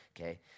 Okay